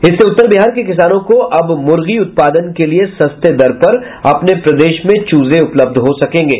इससे उत्तर बिहार के किसानों को अब मुर्गी उत्पादन के लिये सस्ते दर पर अपने प्रदेश में चूजे उपलब्ध हो सकेंगे